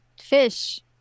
fish